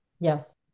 Yes